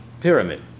pyramid